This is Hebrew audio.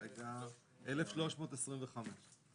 לפרוטוקול.